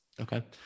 Okay